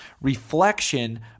Reflection